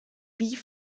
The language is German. wie